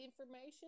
information